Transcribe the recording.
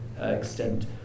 extent